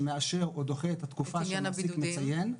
שמאשר או דוחה את התקופה שהמעסיק מציין,